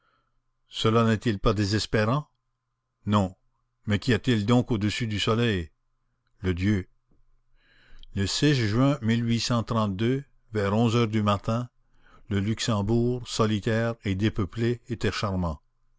cela n'est-il pas désespérant non mais qu'y a-t-il donc au-dessus du soleil le dieu le juin vers onze heures du matin le luxembourg solitaire et dépeuplé était charmant